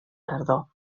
tardor